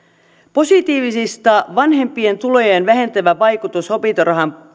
positiivisista vanhempien tulojen vähentävä vaikutus opintorahaan